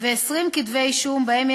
אזי הנתונים המפורטים